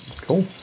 Cool